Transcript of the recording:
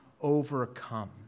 overcome